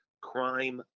crime